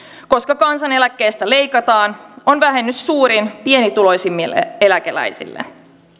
koska kansaneläkkeestä leikataan on vähennys suurin pienituloisimmille eläkeläisille